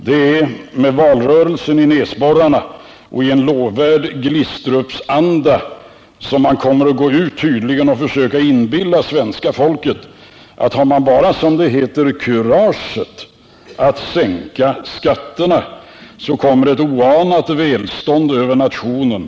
Det är med valrörelsen i näsborrarna och tydligen i sann Glistrupsanda som moderata samlingspartiet kommer att gå ut och försöka inbilla svenska folket att har man bara, som det heter, kuraget att sänka skatterna, så kommer ett oanat välstånd över nationen.